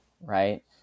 right